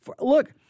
Look